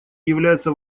является